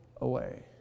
away